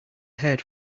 head